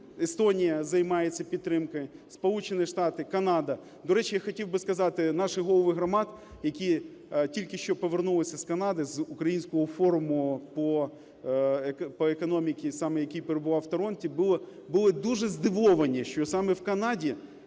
Естонія, займаються підтримкою, Сполучені Штати, Канада. До речі, я хотів би сказати? наші голови громад, які тільки що повернулися з Канади з українського форуму по економіці, саме який перебував в Торонто, були дуже здивовані, що саме в Канаді